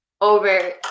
over